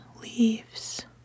leaves